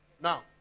now